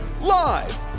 Live